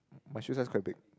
my shoe size quite big